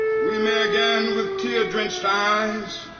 we may again, with tear-drenched eyes,